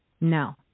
No